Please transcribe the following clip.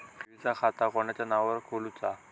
ठेवीचा खाता कोणाच्या नावार खोलूचा?